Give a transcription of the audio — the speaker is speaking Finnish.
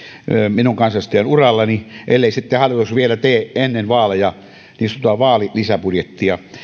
minun kansanedustajan urallani ellei sitten hallitus vielä tee ennen vaaleja niin sanottua vaalilisäbudjettia